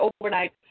overnight